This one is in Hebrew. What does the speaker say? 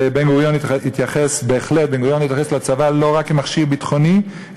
ובן-גוריון בהחלט התייחס לצבא לא רק כמכשיר ביטחוני,